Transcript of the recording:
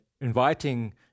inviting